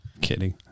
Kidding